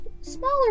smaller